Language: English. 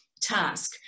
task